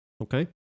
okay